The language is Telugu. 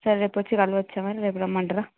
సరే రేపు వచ్చి కలవచ్చా మరి రేపు రమ్మంటరా